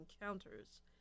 encounters